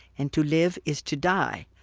and to live is to die.